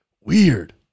Weird